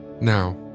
Now